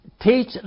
teach